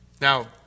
Now